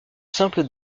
simple